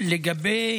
לגבי